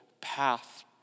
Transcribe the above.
path